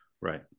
right